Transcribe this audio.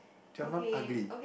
you are not ugly